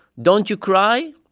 don't you cry?